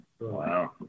Wow